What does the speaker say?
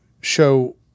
show